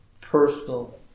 personal